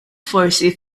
forsi